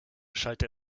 schallte